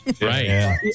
Right